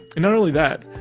and not only that,